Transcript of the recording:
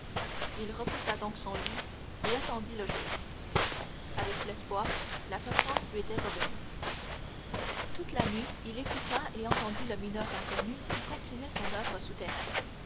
il repoussa donc son lit et attendit le jour avec l'espoir la patience lui était revenue toute la nuit il écouta et entendit le mineur inconnu qui continuait son oeuvre souterraine